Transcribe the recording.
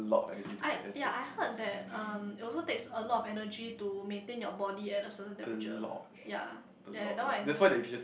I ya I heard that um it also takes a lot of energy to maintain your body at a certain temperature ya that one I know